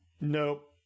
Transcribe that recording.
nope